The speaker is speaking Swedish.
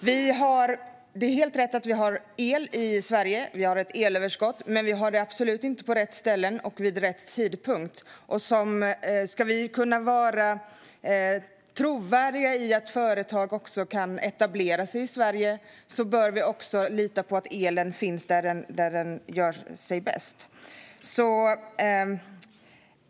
Fru talman! Det är helt rätt att vi har el i Sverige. Vi har ett elöverskott. Men vi har det absolut inte på rätt ställen vid rätt tidpunkt. Ska vi kunna vara trovärdiga i att företag kan etablera sig i Sverige bör de kunna lita på att elen finns där den gör sig bäst.